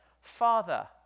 Father